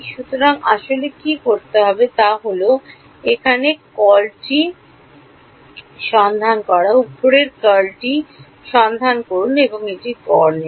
সুতরাং আসলে কী করতে হবে তা হল এখানে কার্লটি সন্ধান করা উপরের কার্লটি সন্ধান করুন এবং এটির গড় নিন